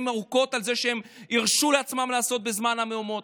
ארוכות על מה שהם הרשו לעצמם לעשות בזמן המהומות.